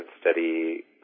study